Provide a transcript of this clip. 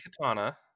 katana